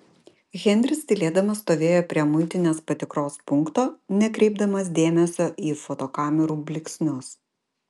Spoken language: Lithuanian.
henris tylėdamas stovėjo prie muitinės patikros punkto nekreipdamas dėmesio į fotokamerų blyksnius